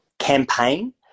campaign